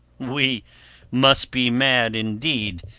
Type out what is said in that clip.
we must be mad, indeed,